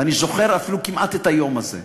ואני זוכר אפילו כמעט את היום הזה,